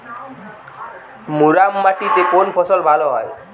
মুরাম মাটিতে কোন ফসল ভালো হয়?